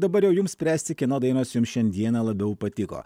dabar jums spręsti kieno dainos jums šiandieną labiau patiko